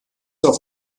auf